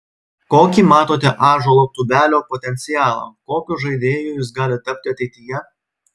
kokį matote ąžuolo tubelio potencialą kokiu žaidėju jis gali tapti ateityje